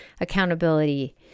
accountability